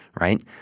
Right